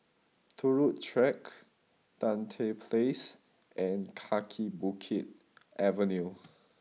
Turut Track Tan Tye Place and Kaki Bukit Avenue